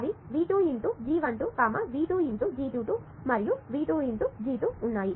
అవి V 2 × G 1 2 V 2 × G 2 2 మరియు V 2 × G2 ఉన్నాయి